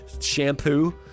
shampoo